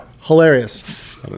hilarious